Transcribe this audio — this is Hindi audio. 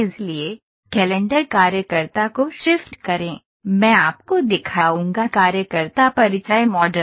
इसलिए कैलेंडर कार्यकर्ता को शिफ्ट करें मैं आपको दिखाऊंगा कार्यकर्ता परिचय मॉडल